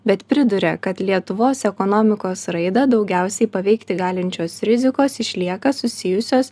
bet priduria kad lietuvos ekonomikos raidą daugiausiai paveikti galinčios rizikos išlieka susijusios